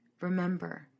remember